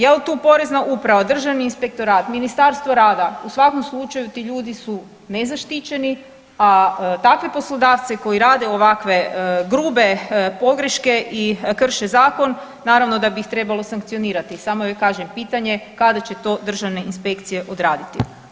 Je li tu porezna uprava, državni inspektorat, Ministarstvo rada, u svakom slučaju ti ljudi su nezaštićeni, a takve poslodavce koji rade ovakve grube pogreške i krše zakon naravno da bi ih trebalo sankcionirati samo je kažem pitanje kada će to državne inspekcije odraditi.